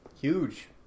Huge